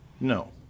No